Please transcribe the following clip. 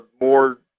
more